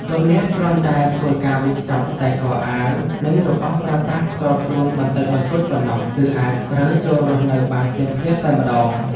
លោកអ្នកគ្រាន់តែធ្វើការវិចខ្ចប់តែខោអាវនិងរបស់ប្រើប្រាស់ផ្ទាល់ខ្លួនបន្តិចបន្តួចប៉ុណ្ណោះគឺអាចរើចូលរស់នៅបានភ្លាមៗតែម្ដង។